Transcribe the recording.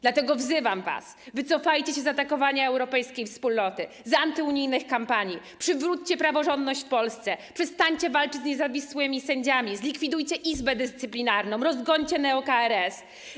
Dlatego wzywam was: wycofajcie się z atakowania europejskiej wspólnoty, z antyunijnych kampanii, przywróćcie praworządność w Polsce, przestańcie walczyć z niezawisłymi sędziami, zlikwidujcie Izbę Dyscyplinarną, rozgońcie neo-KRS.